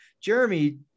Jeremy